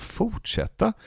fortsätta